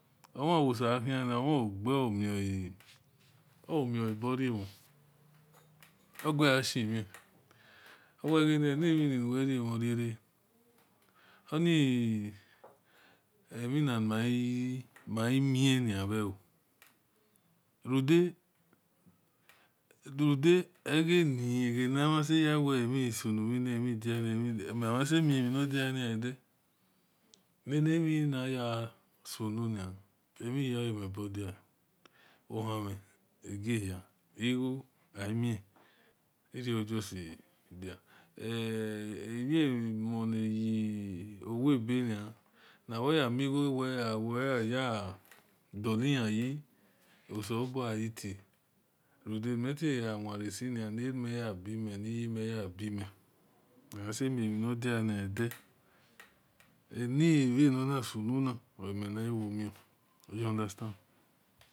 Omawosehina omaewogemi ogemiaboramn ooraasimi oweanimini uweramo race oniamiaeminieuo udaeganeunase yaweamisun veni amidina amidina masemiodani-ede nanaminaya sonuna amihaevn amihaevnbodahe ohmi agehi iguo ami iroojustidia eveomoniyiowaebena navoyami iguo we awenayadoliyayi oselebua agebia udia nime tayaweresina naremiyabimi nyemiyabimi onevosermiogunieda anminanisonuna oemenaiwomi eyeunderstand